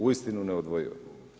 Uistinu neodvojiva.